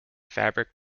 fabric